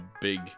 big